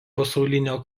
pasaulinio